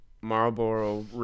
Marlboro